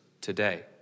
today